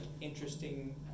interesting